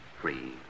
free